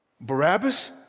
Barabbas